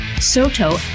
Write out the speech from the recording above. Soto